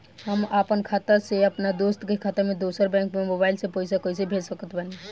हम आपन खाता से अपना दोस्त के खाता मे दोसर बैंक मे मोबाइल से पैसा कैसे भेज सकत बानी?